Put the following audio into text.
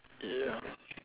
ya